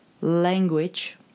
language